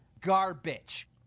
Garbage